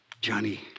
Johnny